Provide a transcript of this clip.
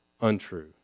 untrue